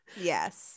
yes